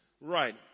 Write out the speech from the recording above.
Right